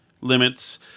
limits